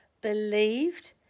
believed